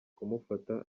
kumufata